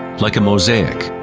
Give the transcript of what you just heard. like a mosaic.